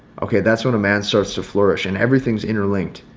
okay, that's when a man starts to flourish, and everything's interlinked.